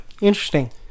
Interesting